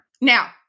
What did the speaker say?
Now